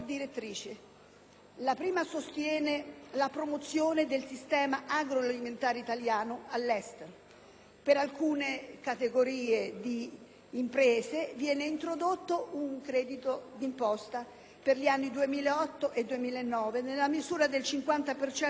La prima sostiene la promozione del sistema agroalimentare italiano all'estero. Per alcune categorie di imprese viene introdotto un credito d'imposta per gli anni 2008 e 2009 nella misura del 50 per